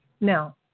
Now